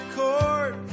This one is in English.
court